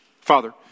Father